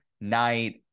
night